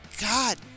god